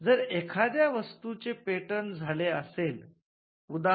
जर एखाद्या वस्तूचे पेटंट झाले असेल उदा